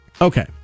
Okay